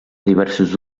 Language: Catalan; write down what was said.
diversos